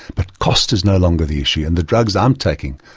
but cost is no longer the issue, and the drugs i'm taking,